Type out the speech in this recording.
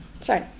Sorry